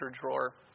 drawer